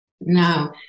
Now